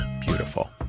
beautiful